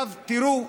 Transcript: תראו,